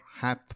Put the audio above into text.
hath